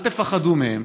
אל תפחדו מהם.